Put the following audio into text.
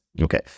Okay